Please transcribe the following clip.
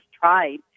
tried